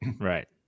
Right